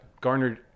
garnered